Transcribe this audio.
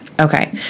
Okay